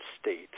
state